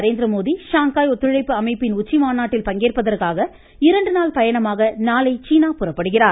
Narendra Modi Shanghai ஒத்துழைப்பு அமைப்பின் உச்சிமாநாட்டில் பங்கேற்பதற்காக இரண்டு நாள் பயணமாக நாளை சீனா புறப்படுகிறார்